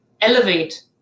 elevate